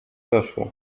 zaszło